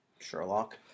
Sherlock